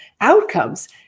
outcomes